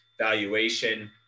valuation